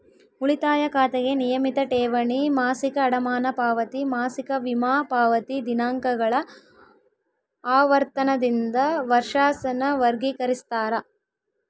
ಉಳಿತಾಯ ಖಾತೆಗೆ ನಿಯಮಿತ ಠೇವಣಿ, ಮಾಸಿಕ ಅಡಮಾನ ಪಾವತಿ, ಮಾಸಿಕ ವಿಮಾ ಪಾವತಿ ದಿನಾಂಕಗಳ ಆವರ್ತನದಿಂದ ವರ್ಷಾಸನ ವರ್ಗಿಕರಿಸ್ತಾರ